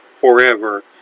forever